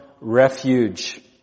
Refuge